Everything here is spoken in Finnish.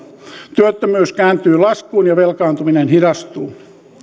työttömyys kääntyy laskuun ja velkaantuminen hidastuu